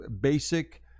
basic